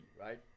right